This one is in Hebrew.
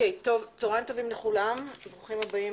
צהריים טובים לכולם וברוכים הבאים